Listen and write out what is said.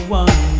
one